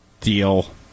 deal